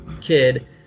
kid